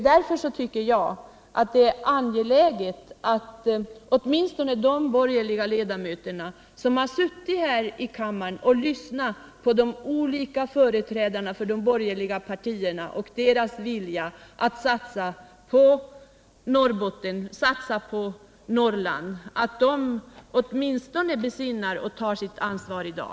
När nu olika företrädare för de borgerliga partierna har förklarat hur de vill satsa på Norrbotten och Norrland i övrigt tycker jag därför att åtminstone de borgerliga ledamöter som har lyssnat på dem borde besinna sitt ansvar i dag.